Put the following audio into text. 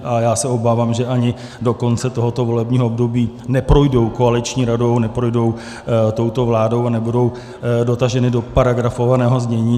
A já se obávám, že ani do konce tohoto volebního období neprojdou koaliční radou, neprojdou touto vládou a nebudou dotaženy do paragrafového znění.